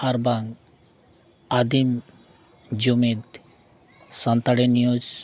ᱟᱨᱵᱟᱝ ᱟᱹᱫᱤᱢ ᱡᱩᱢᱤᱫ ᱥᱟᱱᱛᱟᱲᱤ